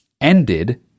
ended